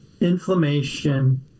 inflammation